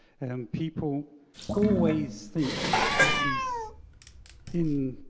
and people who always think at least in